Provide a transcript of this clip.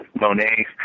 Monet